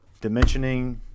dimensioning